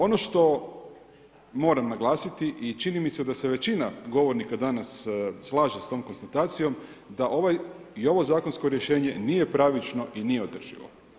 Ono što moram naglasiti i čini mi se da se većina govornika danas slaže s tom konstatacijom da i ovo zakonsko rješenje nije pravično i nije održivo.